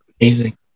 Amazing